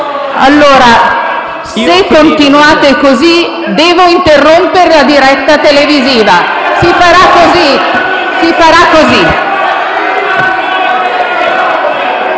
Allora, se continuate in questo modo, devo interrompere la diretta televisiva. Si farà così.